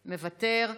מוותר.